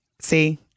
See